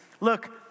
Look